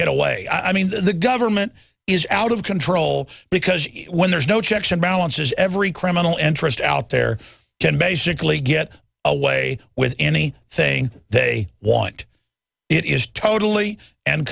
get away i mean the government is out of control because when there's no checks and balances every criminal and trust out there can basically get away with any thing they want it is totally and